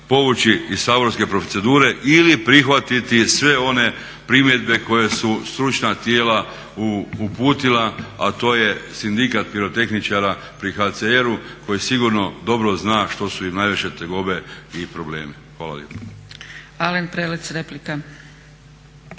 povući iz saborske procedure ili prihvatiti sve one primjedbe koje su stručna tijela uputila, a to je Sindikat pirotehničara pri HCR-u koji sigurno dobro zna što su im najveće tegobe i problemi. Hvala lijepo.